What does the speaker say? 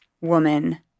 woman